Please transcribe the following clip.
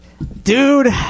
Dude